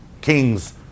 king's